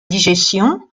digestion